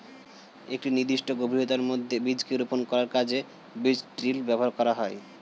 একটি নির্দিষ্ট গভীরতার মধ্যে বীজকে রোপন করার কাজে বীজ ড্রিল ব্যবহার করা হয়